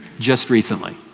just recently.